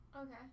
Okay